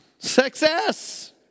Success